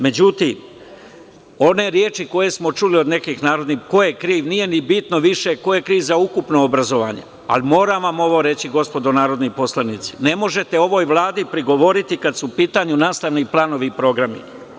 Međutim, one reči koje smo čuli od nekih narodnih poslanika ko je kriv, nije ni bitno više ko je kriv za ukupno obrazovanje, ali ovo vam moram reći gospodo narodni poslanici, ne možete ovoj Vladi prigovoriti kada su u pitanju nastavni planovi i programi.